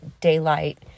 daylight